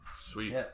Sweet